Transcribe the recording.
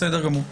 בסדר גמור.